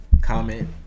comment